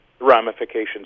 ramifications